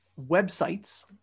websites